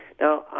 Now